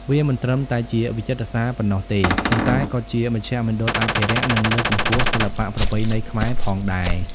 វាមិនត្រឹមតែជាវិចិត្រសាលប៉ុណ្ណោះទេ ប៉ុន្តែក៏ជាមជ្ឈមណ្ឌលអភិរក្ស និងលើកកម្ពស់សិល្បៈប្រពៃណីខ្មែរផងដែរ។